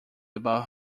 about